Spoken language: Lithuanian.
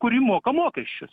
kuri moka mokesčius